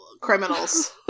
Criminals